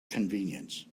convenience